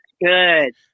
good